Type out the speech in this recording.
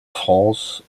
france